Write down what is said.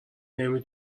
نمی